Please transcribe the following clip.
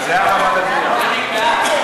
בעד מה?